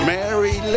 Mary